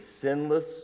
sinless